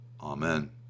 Amen